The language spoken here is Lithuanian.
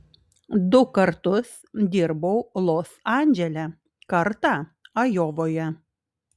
du kartus dirbau los andžele kartą ajovoje